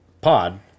pod